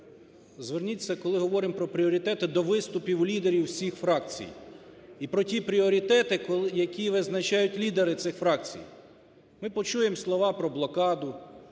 зверніться, коли говоримо пріоритети, до виступів лідерів всіх фракцій. І про ті пріоритети, які визначають лідери цих фракцій, ми почуємо слова про блокаду,